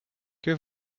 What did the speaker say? que